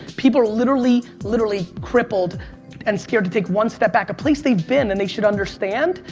people are literally, literally crippled and scared to take one step back, a place they've been, and they should understand,